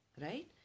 right